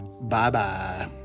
Bye-bye